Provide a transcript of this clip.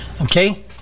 Okay